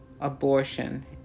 abortion